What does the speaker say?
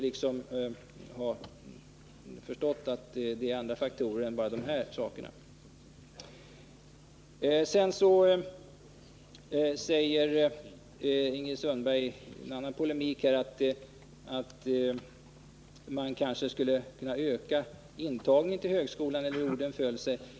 Ingrid Sundberg säger i en annan polemik att man kanske skulle kunna öka intagningen till högskolan eller hur orden föll.